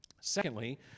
Secondly